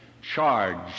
charged